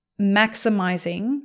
maximizing